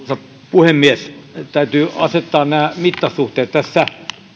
puhemies täytyy asettaa nämä mittasuhteet tässä todetaan